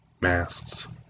masts